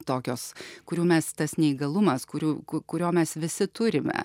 tokios kurių mes tas neįgalumas kurių kurio mes visi turime